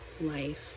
life